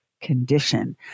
condition